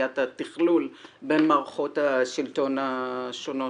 סוגיית התכלול בין מערכות השלטון השונות.